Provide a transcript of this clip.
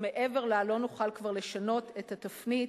שמעבר לה לא נוכל כבר לשנות את התפנית.